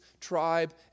tribe